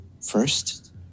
First